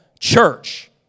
church